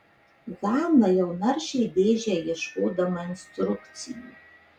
hana jau naršė dėžę ieškodama instrukcijų